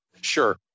Sure